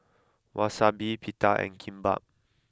Wasabi Pita and Kimbap